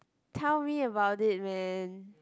tell me about it man